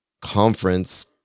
conference